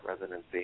residency